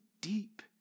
deep